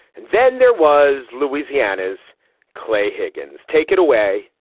and then there was louisiana's clay higgins. take it away,